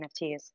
NFTs